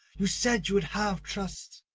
you said you would have trust.